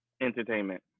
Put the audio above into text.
Entertainment